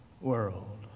world